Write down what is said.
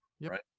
right